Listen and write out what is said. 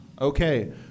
Okay